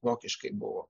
vokiškai buvo